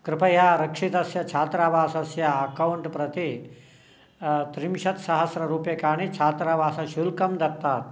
कृपया रक्षितस्य छात्रावासस्य अकौण्ट् प्रति त्रिंशत् सहस्ररूप्यकाणि छात्रावासशुल्कं दत्तात्